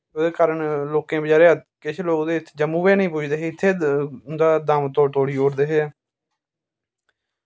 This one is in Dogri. ओह्दे कारन लोकें बचारें किश लोक ते जम्मू गै नी पुजदे हे इत्थै उं'दा दम धोड़ी ओड़दे हे